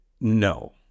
no